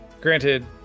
Granted